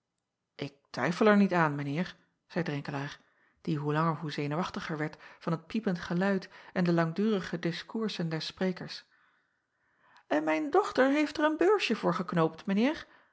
k twijfel er niet aan mijn eer zeî renkelaer die hoe langer hoe zenuwachtiger werd van het piepend geluid en de langdurige diskoersen des sprekers n mijn dochter heeft er een beursje voor geknoopt